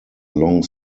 long